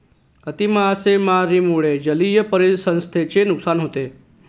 अति मासेमारीमुळे जलीय परिसंस्थेचे नुकसान होते